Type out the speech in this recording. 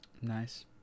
nice